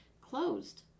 closed